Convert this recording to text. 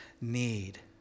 need